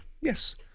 Yes